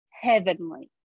heavenly